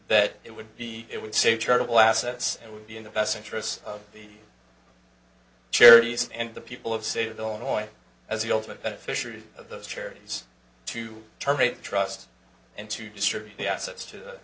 that it would be it would say charitable assets and would be in the best interests of the charities and the people of state of illinois as the ultimate beneficiary of those charities to terminate the trust and to distribute the assets to